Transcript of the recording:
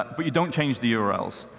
but but you don't change the urls.